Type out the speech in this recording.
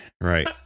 right